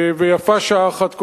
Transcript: ויפה שעה אחת קודם.